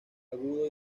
agudo